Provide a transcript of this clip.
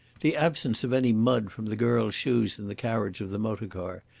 the absence of any mud from the girl's shoes in the carriage of the motor-car,